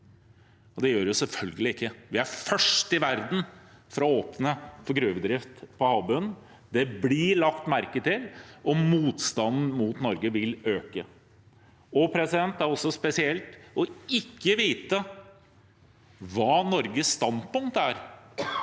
Det gjør det selvfølgelig ikke. Vi er først i verden med å åpne for gruvedrift på havbunnen. Det blir lagt merke til, og motstanden mot Norge vil øke. Det er også spesielt å ikke vite hva Norges standpunkt er